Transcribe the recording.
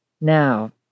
Now